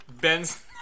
Ben's